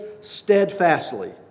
steadfastly